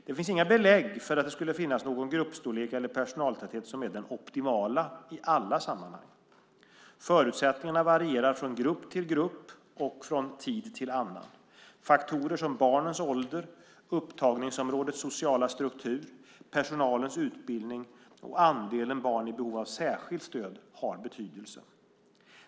Det finns inga belägg för att det skulle finnas någon gruppstorlek eller personaltäthet som är den optimala i alla sammanhang. Förutsättningarna varierar från grupp till grupp och från tid till annan. Faktorer som barnens ålder, upptagningsområdets sociala struktur, personalens utbildning och andelen barn i behov av särskilt stöd har betydelse.